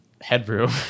headroom